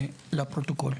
לפרוטוקול.